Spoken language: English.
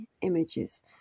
images